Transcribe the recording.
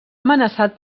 amenaçat